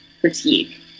critique